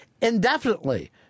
indefinitely